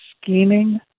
scheming